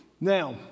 Now